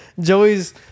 Joey's